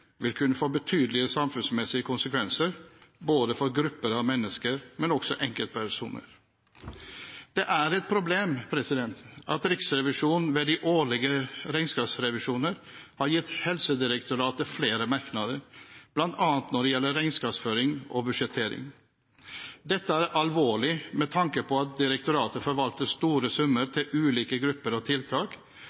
vil kunne få betydelige samfunnsmessige konsekvenser, både for grupper av mennesker og for enkeltpersoner. Det er et problem at Riksrevisjonen ved de årlige regnskapsrevisjoner har gitt Helsedirektoratet flere merknader, bl.a. når det gjelder regnskapsføring og budsjettering. Dette er alvorlig med tanke på at direktoratet forvalter store summer til ulike grupper og tiltak,